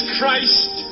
Christ